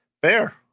Fair